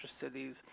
cities